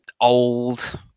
old